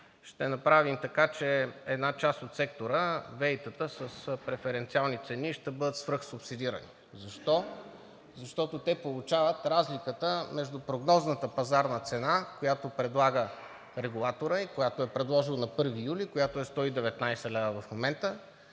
ще направим така, че една част от сектора – ВЕИ-тата с преференциални цени ще бъдат свръхсубсидирани. Защо? Защото те получават разликата между прогнозната пазарна цена, която предлага регулаторът и която е предложил на 1 юли – 119 лв. в момента,